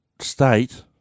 state